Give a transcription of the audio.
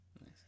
Nice